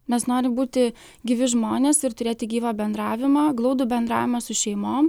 mes norim būti gyvi žmonės ir turėti gyvą bendravimą glaudų bendravimą su šeimom